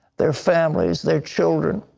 their families, their children,